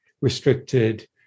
restricted